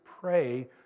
pray